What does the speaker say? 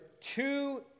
Two